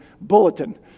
bulletin